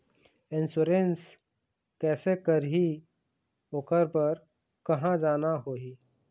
Insurance कैसे करही, ओकर बर कहा जाना होही?